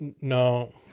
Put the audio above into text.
no